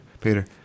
Peter